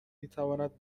میتواند